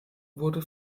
wurde